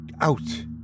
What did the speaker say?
out